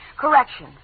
Correction